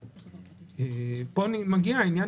פה מגיע עניין